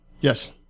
Yes